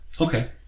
okay